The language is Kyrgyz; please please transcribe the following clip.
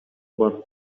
бар